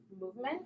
movement